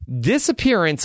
disappearance